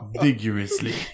Vigorously